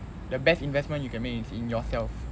the best investment you can make is in yourself